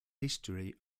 history